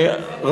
תודה רבה לך,